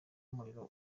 umuriro